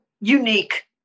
unique